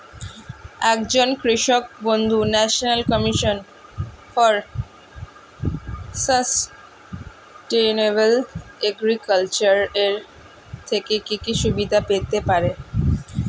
একজন কৃষক বন্ধু national commission for sustainable agriculture এর থেকে কি কি সুবিধা পেতে পারে?